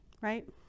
right